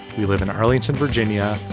we live in arlington, virginia.